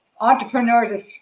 entrepreneurs